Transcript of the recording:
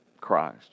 Christ